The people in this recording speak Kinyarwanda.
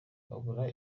babura